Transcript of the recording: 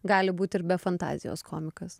gali būt ir be fantazijos komikas